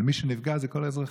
אבל מי שנפגע זה כל האזרחים.